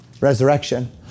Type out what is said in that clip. resurrection